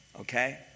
Okay